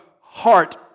heart